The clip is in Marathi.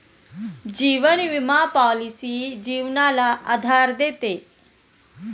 जीवन विमा पॉलिसी जीवनाला आधार देते